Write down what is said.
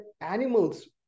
animals